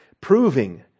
proving